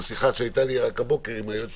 ובשיחה שהייתה לי רק הבוקר עם היועצת